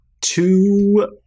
two